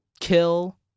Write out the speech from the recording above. kill